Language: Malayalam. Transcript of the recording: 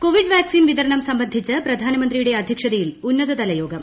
കോവിഡ് വീക്സിൻ വിതരണം സംബന്ധിച്ച് പ്രധാനമന്ത്രിയുടെ അദ്ധ്യക്ഷതയിൽ ഉന്നതതലയോഗം